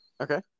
Okay